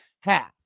half